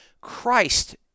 Christ